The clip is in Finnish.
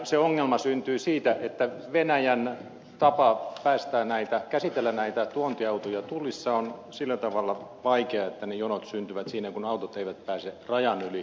se ongelma syntyy siitä että venäjän tapa käsitellä näitä tuontiautoja tullissa on sillä tavalla vaikea että ne jonot syntyvät siinä kun autot eivät pääse rajan yli